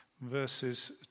Verses